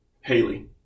Haley